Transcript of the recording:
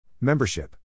Membership